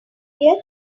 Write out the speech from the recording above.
yet